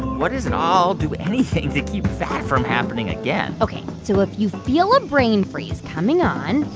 what is it? i'll do anything to keep that from happening again ok, so if you feel a brain freeze coming on.